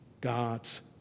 God's